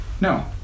no